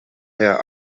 her